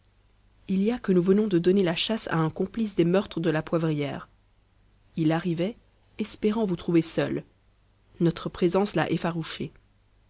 il y a que nous venons de donner la chasse à un complice des meurtres de la poivrière il arrivait espérant vous trouver seule notre présence l'a effarouché